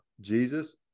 Jesus